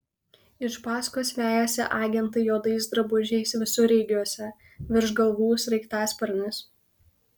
iš paskos vejasi agentai juodais drabužiais visureigiuose virš galvų sraigtasparnis